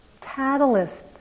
catalyst